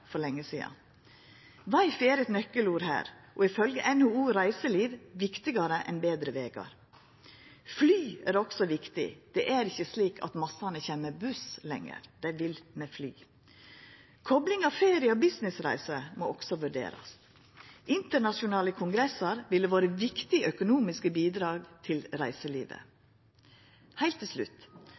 for lenge sidan. Wi-fi er eit nøkkelord her, og ifølgje NHO Reiseliv er det viktigare enn betre vegar. Fly er også viktig. Det er ikkje slik at massane kjem med buss lenger, dei vil dra med fly. Kopling av ferie og businessreiser må også vurderast. Internasjonale kongressar ville vore viktige økonomiske bidrag til reiselivet. Heilt til slutt: